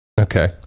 okay